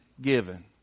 given